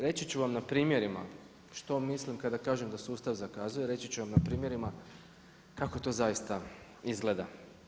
Reći ću vam na primjerima što mislim kada kažem da sustav zakazuje, reći ću vam na primjerima kako to zaista izgleda.